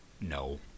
no